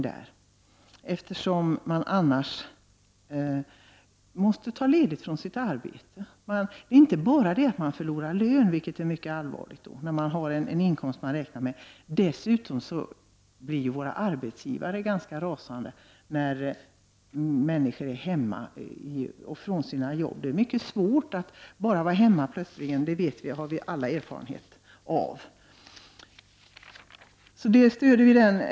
Måste man ta ledigt från sitt arbete, är det inte bara det att man förlorar lönen, vilket är mycket allvarligt när man har räknat med en viss inkomst. Dessutom blir arbetsgivarna ganska rasande när människor är hemma från sina jobb. Att det är mycket svårt att plötsligt vara hemma har vi alla erfarenhet av.